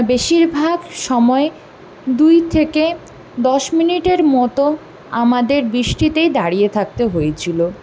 বেশির ভাগ সময়ে দুই থেকে দশ মিনিটের মতো আমাদের বৃষ্টিতেই দাঁড়িয়ে থাকতে হয়েছিলো